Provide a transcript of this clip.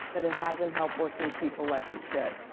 but it hasn't helped working people like it should.